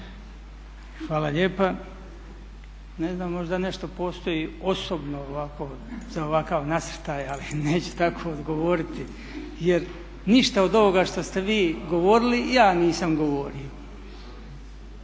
Hvala lijepa. Ne znam možda nešto postoji osobno ovako za ovakav nasrtaj, ali neću tako odgovoriti jer ništa od ovoga što ste vi govorili ja nisam govorio.